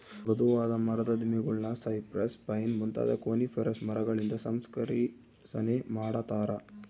ಮೃದುವಾದ ಮರದ ದಿಮ್ಮಿಗುಳ್ನ ಸೈಪ್ರೆಸ್, ಪೈನ್ ಮುಂತಾದ ಕೋನಿಫೆರಸ್ ಮರಗಳಿಂದ ಸಂಸ್ಕರಿಸನೆ ಮಾಡತಾರ